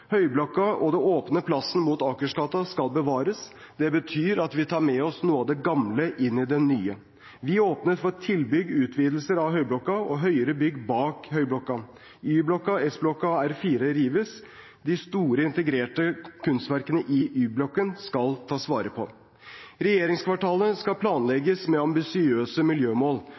og den åpne plassen mot Akersgata skal bevares. Det betyr at vi tar med oss noe av det gamle inn i det nye. Vi åpnet for tilbygg/utvidelser av Høyblokka og høyere bygg bak Høyblokka. Y-blokka, S-blokka og R4 rives. De store, integrerte kunstverkene i Y-blokka skal tas vare på. Regjeringskvartalet skal